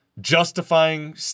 justifying